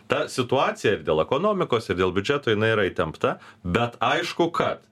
ta situacija ir dėl ekonomikos ir dėl biudžeto jinai yra įtempta bet aišku kad